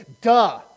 duh